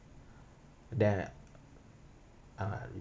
there are